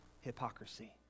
hypocrisy